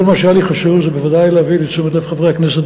כל מה שהיה לי חשוב זה בוודאי להביא לתשומת לב חברי הכנסת,